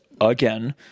Again